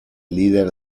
líder